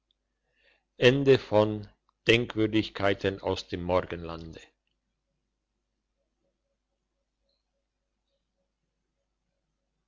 aus dem morgenlande